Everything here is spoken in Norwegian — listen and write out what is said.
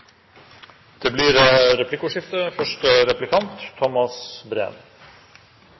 Det blir replikkordskifte.